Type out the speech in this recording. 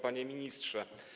Panie Ministrze!